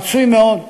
רצוי מאוד,